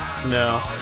No